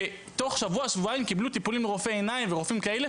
ותוך שבוע-שבועיים קיבלו טיפולים מרופא עיניים ורופאים כאלה,